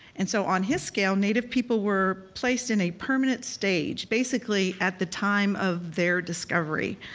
and so on his scale native people were placed in a permanent stage, basically at the time of their discovery.